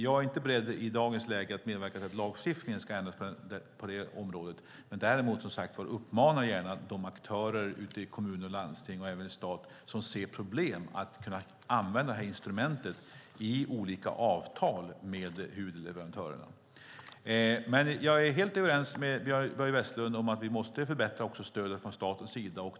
Jag är dock inte beredd i dagens läge att medverka till att lagstiftningen ska ändras på det området. Däremot uppmanar jag gärna de aktörer ute i kommuner och landsting och även i staten som ser problem att använda det här instrumentet i olika avtal med huvudleverantörerna. Jag är helt överens med Börje Vestlund om att vi också måste förbättra stödet från statens sida.